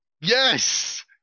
Yes